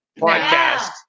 podcast